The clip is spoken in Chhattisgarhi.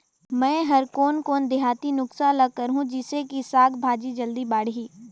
मै हर कोन कोन देहाती नुस्खा ल करहूं? जिसे कि साक भाजी जल्दी बाड़ही?